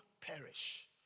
perish